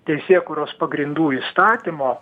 teisėkūros pagrindų įstatymo